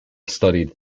studied